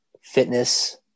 fitness